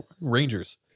rangers